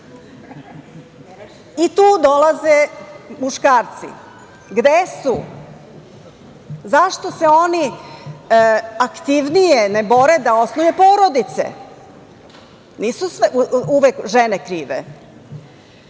i tu dolaze muškarci. Gde su? Zašto se oni aktivnije ne bore da osnuju porodice? Nisu uvek žene krive. Zatim,